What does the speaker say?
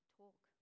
talk